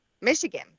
Michigan